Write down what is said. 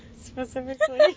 specifically